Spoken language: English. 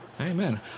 Amen